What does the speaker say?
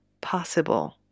possible